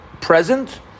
present